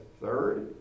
third